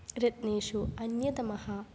रत्नेषु अन्यतमः